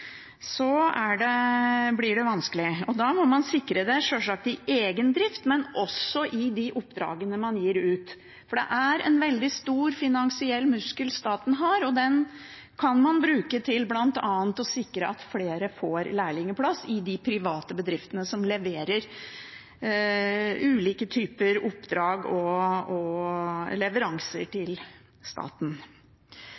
blir det vanskelig. Da må man sjølsagt sikre det i egen drift, men også i de oppdragene man gir ut, for det er en veldig stor finansiell muskel staten har, og den kan man bruke til bl.a. å sikre at flere får lærlingplass i de private bedriftene som leverer ulike typer oppdrag og leveranser